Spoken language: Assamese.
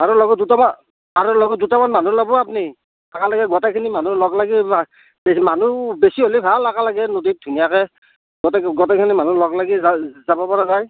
আৰু লগত দুটামান আৰু লগত দুটামান মানুহ ল'ব আপুনি একেলগে গোটেইখিনি মানুহ লগলাগি মা মানুহ বেছি হ'লে ভাল একেলগে নদীত ধুনীয়াকৈ গোটেই গোটেইখিনি মানুহ লগলাগি যা যাব পৰা যায়